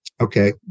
okay